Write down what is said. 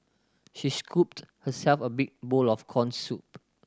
she scooped herself a big bowl of corn soup